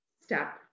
step